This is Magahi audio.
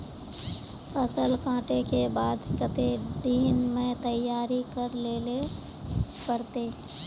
फसल कांटे के बाद कते दिन में तैयारी कर लेले पड़ते?